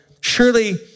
Surely